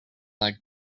like